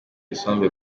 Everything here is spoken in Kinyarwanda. isombe